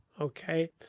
okay